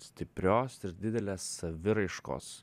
stiprios ir didelės saviraiškos